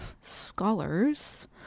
scholars